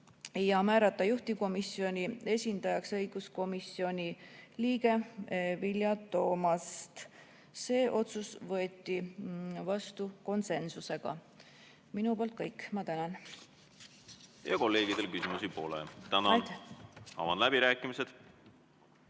määrata juhtivkomisjoni esindajaks õiguskomisjoni liige Vilja Toomast. See otsus võeti vastu konsensusega. See on minu poolt kõik. Ma tänan! Kolleegidel küsimusi pole. Tänan! Avan läbirääkimised.